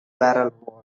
barrel